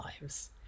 lives